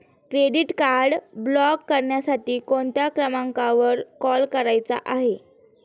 Credit card block करण्यासाठी कोणत्या क्रमांकावर कॉल करायचा आहे?